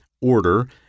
order